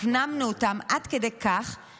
הפנמנו אותן עד כדי כך,